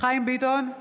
חיים ביטון,